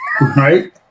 right